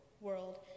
world